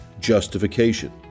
Justification